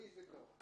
גם אצלי זה קרה.